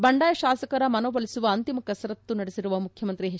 ಬಂಡಾಯ ಶಾಸಕರನ್ನು ಮನವೊಲಿಸುವ ಅಂತಿಮ ಕರಸತ್ತು ನಡೆಸಿರುವ ಮುಖ್ಯಮಂತ್ರಿ ಎಚ್